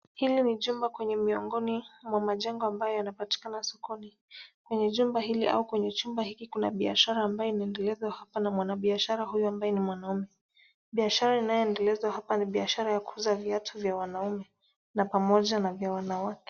Hili ni jumba kwenye mlangoni mwa majengo ambayo yanapatikana sokoni. kwenye jumba hili au kwenye chumba hiki kuna biashara ambayo inaendelezwa hapa na mwanabiashara huyo ambaye ni mwanaume. Biashara inayoendelezwa hapa ni biashara ya kuuza viatu vya wanaume, na pamoja na vya wanawake.